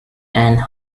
and